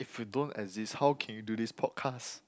if you don't exist how can you do this podcast